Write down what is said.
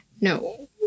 No